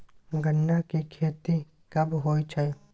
गन्ना की खेती कब होय छै?